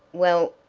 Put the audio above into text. well,